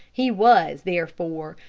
he was, therefore,